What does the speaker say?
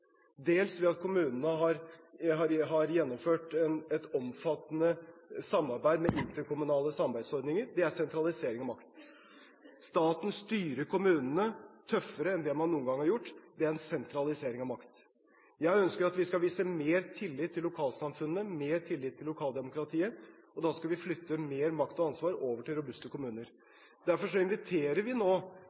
dels ved at kommunene har gjennomført et omfattende samarbeid med interkommunale samarbeidsordninger. Det er sentralisering av makt. Staten styrer kommunene tøffere enn det man noen gang har gjort. Det er sentralisering av makt. Jeg ønsker at vi skal vise mer tillit til lokalsamfunnene, mer tillit til lokaldemokratiet. Da skal vi flytte mer makt og ansvar over til robuste kommuner. Derfor inviterer vi nå